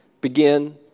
begin